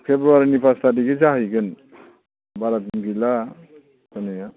फेब्रुवारिनि फास थारिखै जाहैगोन बारा दिन गैला जानाया